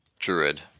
Druid